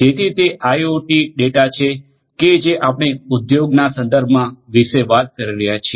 જેથી તે IoT data છે કે જે આપણે ઉદ્યોગના સંદર્ભ વિષે વાત કરી રહ્યા છીએ